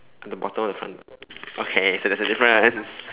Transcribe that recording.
on the bottom on the front door okay so there's a difference